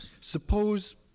Suppose